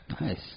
Nice